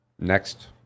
next